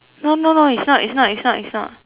no no no is not is not is not is not